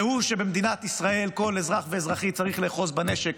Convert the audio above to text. והוא שבמדינת ישראל כל אזרח ואזרחית צריכים לאחוז בנשק,